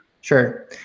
Sure